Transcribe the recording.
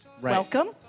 welcome